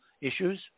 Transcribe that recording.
issues